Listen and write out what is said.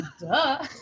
Duh